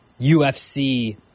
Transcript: UFC